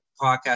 podcast